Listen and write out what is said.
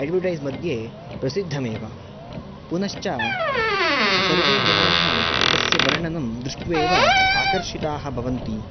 advertise मध्ये प्रसिद्धमेव पुनश्च सर्वे जनाः तस्य वर्णनं दृष्ट्वेव आकर्षिताः भवन्ति